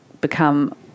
become